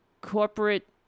corporate